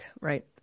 right